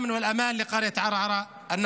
ולהחזיר את הביטחון והבטיחות לכפר ערערה שבנגב.